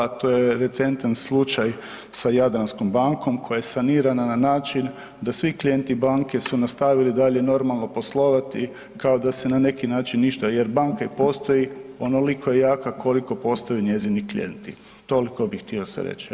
To je recentan slučaj sa Jadranskom bankom koja je sanirana na način da svi klijenti banke su nastavili dalje normalno poslovati kao da se na neki način ništa jer banke postoji onoliko je jaka koliko postoje njezini klijenti, toliko bi htio sad reći jel.